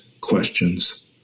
questions